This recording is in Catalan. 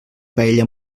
paella